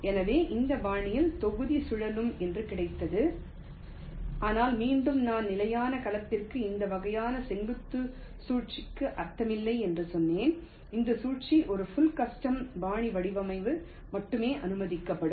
எனவே இந்த பாணியில் தொகுதி சுழலும் என்று கிடைத்தது ஆனால் மீண்டும் நான் நிலையான கலத்திற்கு இந்த வகையான செங்குத்து சுழற்சிக்கு அர்த்தமில்லை என்று சொன்னேன் இந்த சுழற்சி இது புள் கஸ்டம் பாணி இடவமைவுக்கு மட்டுமே அனுமதிக்கப்படும்